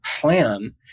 plan